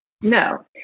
No